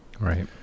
right